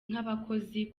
nk’abakozi